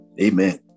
Amen